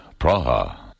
Praha